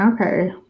okay